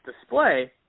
display